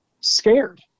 scared